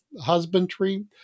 husbandry